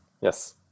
Yes